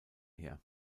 her